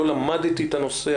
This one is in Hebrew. לא למדתי את הנושא,